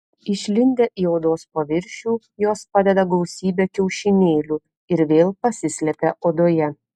išlindę į odos paviršių jos padeda gausybę kiaušinėlių ir vėl pasislepia odoje